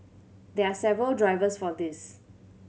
there are several drivers for this